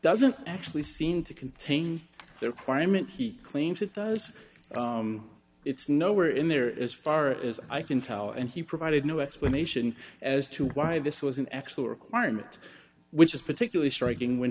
doesn't actually seem to contain their crime and he claims it does it's no where in there is far as i can tell and he provided no explanation as to why this was an actual requirement which is particularly striking when